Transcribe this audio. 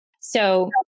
so-